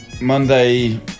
Monday